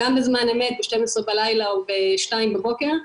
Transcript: ב-00:00 בלילה או ב-02:00 לפנות בוקר,